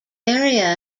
area